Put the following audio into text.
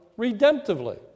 redemptively